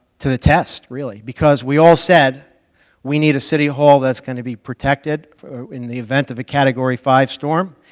to a test, really, because we all said we need a city hall that's going to be protected in the event of a category five storm,